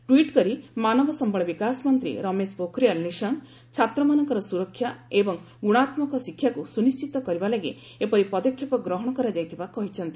ବ୍ୱିଟ୍ କରି ମାନବ ସମ୍ଭଳ ବିକାଶ ମନ୍ତ୍ରୀ ରମେଶ ପୋଖରିଆଲ୍ ନିଶଙ୍କ ଛାତ୍ରମାନଙ୍କର ସୁରକ୍ଷା ଏବଂ ଗୁଣାତ୍ଗକ ଶିକ୍ଷାକୁ ସୁନିଣ୍ଡିତ କରିବା ଲାଗି ଏପରି ପଦକ୍ଷେପ ଗ୍ରହଣ କରାଯାଇଥିବା କହିଛନ୍ତି